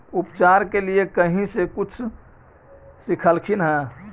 उपचार के लीये कहीं से कुछ सिखलखिन हा?